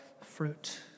fruit